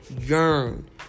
Yearn